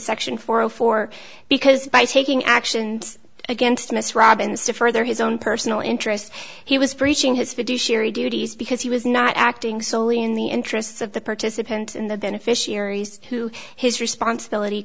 section four zero four because by taking actions against miss robbins to further his own personal interest he was preaching his fiduciary duties because he was not acting solely in the interests of the participants in the beneficiaries who his responsibility